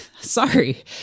sorry